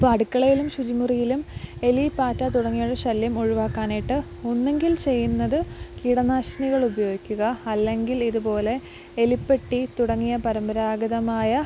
അപ്പോളഅ അടുക്കളയിലും ശുചി മുറിയിലും എലി പാറ്റ തുടങ്ങിയവയുടെ ശല്യം ഒഴിവാക്കാനായിട്ട് ഒന്നെങ്കിൽ ചെയ്യുന്നത് കീടനാശിനികള് ഉപയോഗിക്കുക അല്ലെങ്കിൽ ഇതുപോലെ എലിപ്പെട്ടി തുടങ്ങിയ പരമ്പരാഗതമായ